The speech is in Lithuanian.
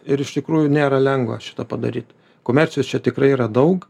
ir iš tikrųjų nėra lengva šito padaryt komercijos čia tikrai yra daug